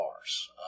bars